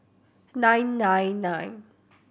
nine nine nine